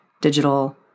digital